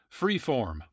Freeform